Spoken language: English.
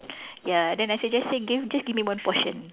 ya then I say just say give just give me one portion